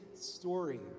story